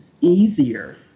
easier